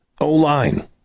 O-line